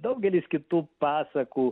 daugelis kitų pasakų